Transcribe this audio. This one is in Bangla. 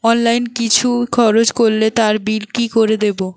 অনলাইন কিছু খরচ করলে তার বিল কি করে দেবো?